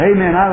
Amen